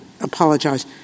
apologize